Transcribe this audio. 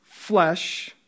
Flesh